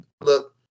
look